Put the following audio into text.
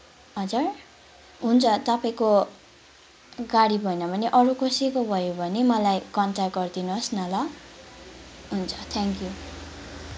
हजुर हुन्छ तपाईँको गाडी भएन भने अरू कसैको भयो भने मलाई कन्ट्याक्ट गरिदिनु होस् न ल हुन्छ थ्याङ्क्यु